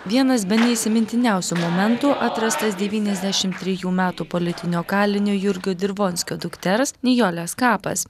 vienas bene įsimintiniausių momentų atrastas devyniasdešim trijų metų politinio kalinio jurgio dirvonskio dukters nijolės kapas